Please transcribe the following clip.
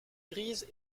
grises